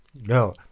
No